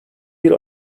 bir